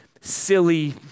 silly